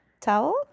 towel